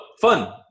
fun